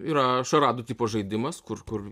yra šaradų tipo žaidimas kur kur